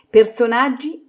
Personaggi